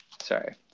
sorry